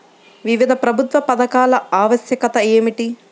వివిధ ప్రభుత్వ పథకాల ఆవశ్యకత ఏమిటీ?